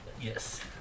yes